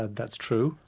that's true.